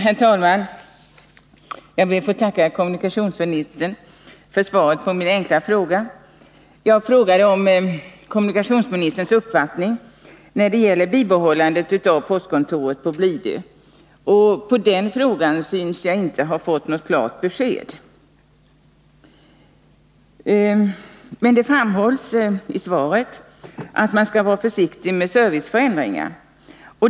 Herr talman! Jag ber att få tacka kommunikationsministern för svaret. Jag frågade om kommunikationsministerns uppfattning när det gäller bibehållandet av postkontoret på Blidö, men på den frågan synes kommunikationsministerns svar inte ha gett något klart besked. Det framhålls emellertid i svaret att man bör vara försiktig med serviceförändringar.